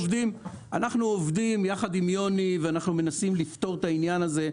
אנחנו עובדים יחד עם יוני ומנסים לפתור את הבעיה.